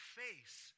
face